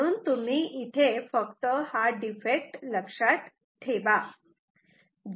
म्हणून तुम्ही फक्त हा डिफेक्ट लक्षात ठेवा